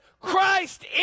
Christ